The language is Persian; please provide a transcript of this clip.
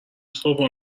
صبحها